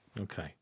Okay